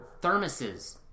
thermoses